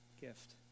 gift